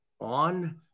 on